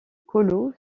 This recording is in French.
colo